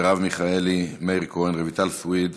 מרב מיכאלי, מאיר כהן, רויטל סויד.